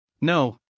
No